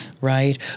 right